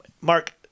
Mark